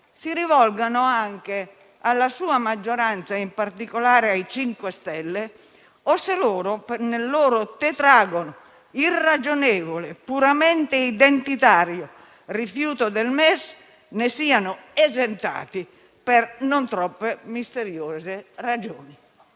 si rivolgono anche alla sua maggioranza, in particolare al MoVimento 5 Stelle, o se loro, nel loro tetragono, irragionevole e puramente identitario rifiuto del MES, ne siano esentati per non troppe misteriose ragioni.